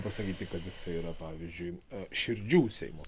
pasakyti kad jisai yra pavyzdžiui širdžių seimo